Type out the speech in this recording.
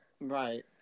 Right